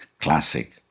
classic